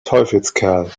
teufelskerl